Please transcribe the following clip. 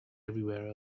everywhere